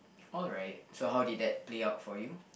alright so how did that play out for you